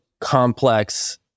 complex